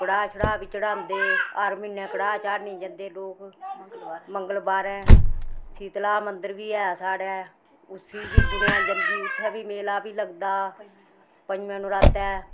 कड़ाह् छडाह् बी चढांदे हर म्हीने कड़ाह् चाढ़ने गी जंदे लोक मंगलवारैं शीतला मंदर बी ऐ साढ़ै उसी बी दुनियां मन्नदी मेला उत्थै बी लगदा पंजमैं नरातै